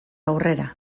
aurrera